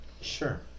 sure